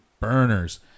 burners